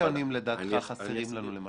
איזה נתונים, למשל, לדעתך חסרים לנו?